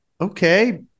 okay